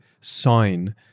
sign